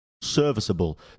serviceable